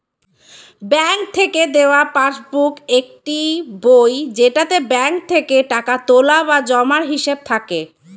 bank থেকে দেওয়া passbook একটি বই যেটাতে ব্যাঙ্ক থেকে টাকা তোলা বা জমার হিসাব থাকে